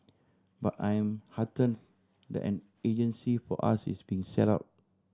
but I am hearten that an agency for us is being set up